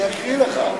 אני אקריא לך.